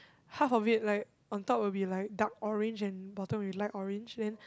half of it like on top will be like dark orange and bottom would be light orange then